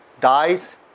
dies